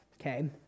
okay